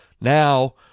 now